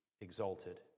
exalted